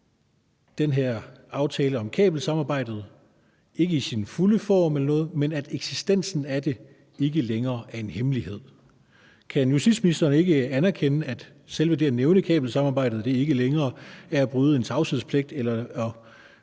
af den her aftale om kabelsamarbejdet – og de taler altså ikke om dens fulde indhold – ikke længere er en hemmelighed. Kan justitsministeren ikke anerkende, at selve det at nævne kabelsamarbejdet ikke længere er at bryde en tavshedspligt eller